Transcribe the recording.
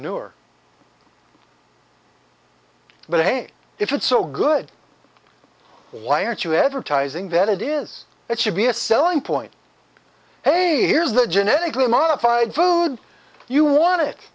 e but hey if it's so good why aren't you advertising that it is it should be a selling point hey here's the genetically modified food you want